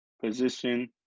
position